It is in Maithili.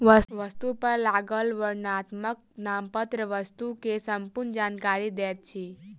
वस्तु पर लागल वर्णनात्मक नामपत्र वस्तु के संपूर्ण जानकारी दैत अछि